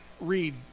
read